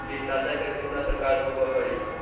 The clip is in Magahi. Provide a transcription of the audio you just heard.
कीटनाशक के कितना प्रकार होव हइ?